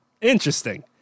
Interesting